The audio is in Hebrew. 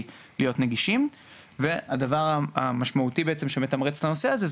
להיות נגישים והדבר המשמעותי בעצם שמתמרץ את הנושא הזה,